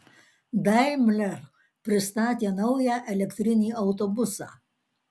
daimler pristatė naują elektrinį autobusą